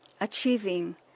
achieving